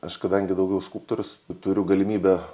aš kadangi daugiau skulptorius turiu galimybę